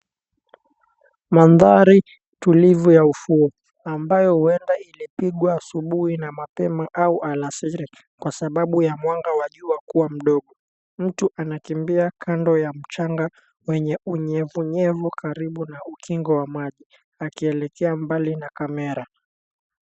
Mandhari tulivu ya ufuo, ambayo huenda ilipigwa asubuhi na mapema au alasiri, kwa sababu ya mwanga wa jua kuwa mdogo. Mtu anakimbia kando ya mchanga wenye unyevunyevu karibu na ukingo wa maji akielekea mbali na kamera.